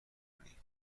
کنی